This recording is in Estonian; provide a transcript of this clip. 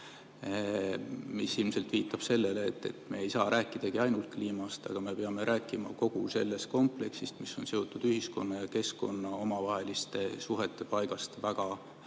See ilmselt viitab sellele, et me ei saa rääkida ainult kliimast, vaid me peame rääkima kogu sellest kompleksist, mis on seotud ühiskonna ja keskkonna omavaheliste suhete väga